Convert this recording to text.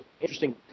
interesting